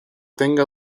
tenga